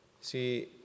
See